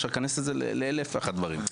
אפשר להיכנס בזה ל-1001 דברים.